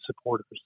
supporters